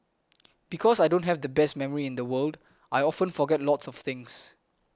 because I don't have the best memory in the world I often forget lots of things